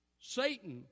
Satan